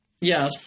yes